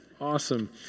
awesome